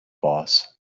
boss